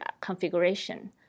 configuration